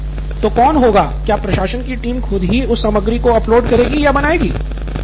नितिन कुरियन तो कौन होगा क्या प्रशासन की टीम खुद ही उस सामग्री को अपलोड करेगी या बनाएगी